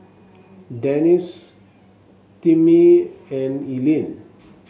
Denis Timmie and Eileen